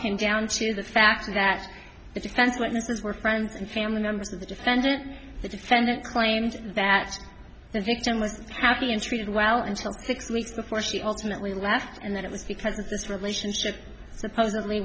cocking down to the fact that the defense witnesses were friends and family members of the defendant the defendant claimed that the victim was happy and treated well until six weeks before she ultimately laughed and that it was because of this relationship supposedly